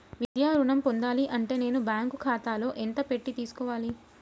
విద్యా ఋణం పొందాలి అంటే నేను బ్యాంకు ఖాతాలో ఎంత పెట్టి తీసుకోవాలి?